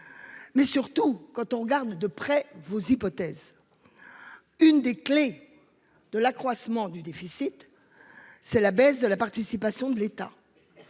Mais surtout quand on regarde de près vos hypothèses. Une des clés. De l'accroissement du déficit. C'est la baisse de la participation de l'État.